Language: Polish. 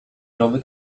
krowy